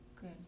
good